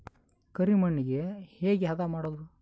ಕರಿ ಮಣ್ಣಗೆ ಹೇಗೆ ಹದಾ ಮಾಡುದು?